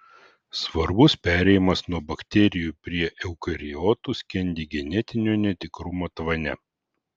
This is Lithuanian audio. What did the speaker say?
svarbus perėjimas nuo bakterijų prie eukariotų skendi genetinio netikrumo tvane